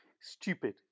stupid